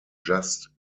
just